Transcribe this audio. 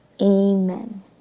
amen